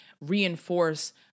reinforce